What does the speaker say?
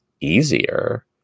easier